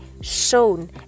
shown